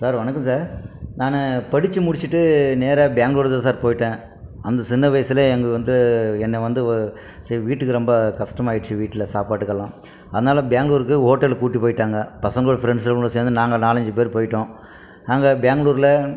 sir வணக்கம் sir நானு படித்து முடிச்சுட்டு நேராக பெங்களூர் தான் சார் போயிட்டேன் அந்த சின்ன வயசுலே எங்கே வந்து என்ன வந்து ஓ சரி வீட்டுக்கு ரொம்ப கஷ்டமாயிடுச்சு வீட்டில் சாப்பாட்டுக்கெல்லாம் அதனால் பெங்களூருக்கு ஓட்டலுக்கு கூட்டு போயிட்டாங்க பசங்களோடயா ஃப்ரெண்ட்ஸ் ரூமில் சேர்ந்து நாங்கள் நாலஞ்சி பேர் போயிட்டோம் நாங்கள் பெங்களூர்ல